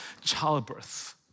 childbirth